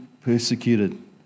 persecuted